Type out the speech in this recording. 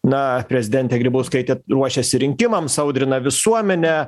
na prezidentė grybauskaitė ruošiasi rinkimams audrina visuomenę